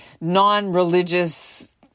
non-religious